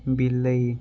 ବିଲେଇ